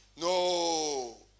No